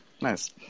nice